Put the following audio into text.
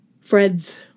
Fred's